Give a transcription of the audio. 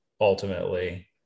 ultimately